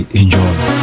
enjoy